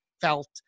felt